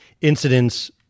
incidents